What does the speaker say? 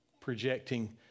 projecting